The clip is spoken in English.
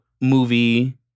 movie